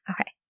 Okay